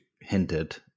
hinted